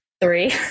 three